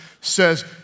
says